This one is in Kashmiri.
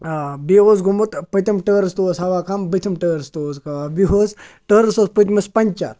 آ بیٚیہِ اوس گوٚمُت پٔتِم ٹٲرٕس تہِ اوس ہوا کَم بٔتھِم ٹٲرٕس تہِ اوس ہَوا بیٚیہِ اوس ٹٲرٕس اوس پٔتمِس پَنٛچَر